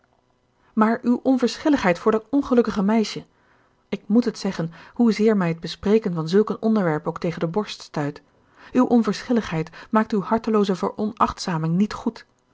maar uwe onverschilligheid voor dat ongelukkige meisje ik moet het zeggen hoezeer mij het bespreken van zulk een onderwerp ook tegen de borst stuit uwe onverschilligheid maakt uwe hartelooze veronachtzaming niet goed